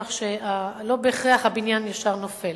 כך שלא בהכרח הבניין ישר נופל.